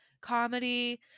comedy